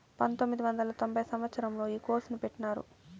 పంతొమ్మిది వందల తొంభై సంవచ్చరంలో ఈ కోర్సును పెట్టినారు